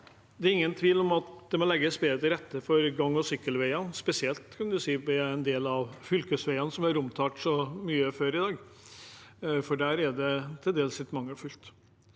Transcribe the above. Det er ingen tvil om at det må legges bedre til rette for gang- og sykkelveier, spesielt ved en del av fylkesveiene, som er mye omtalt før i dag, for der er det til dels litt mangelfullt.